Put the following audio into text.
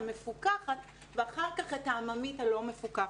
המפוקחת ואחר כך את העממית הלא מפוקחת.